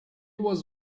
was